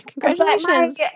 congratulations